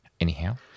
Anyhow